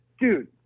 dude